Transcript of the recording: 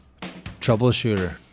Troubleshooter